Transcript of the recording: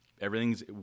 everything's